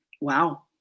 Wow